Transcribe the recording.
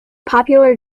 popular